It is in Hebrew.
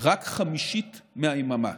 רק חמישית מהיממה,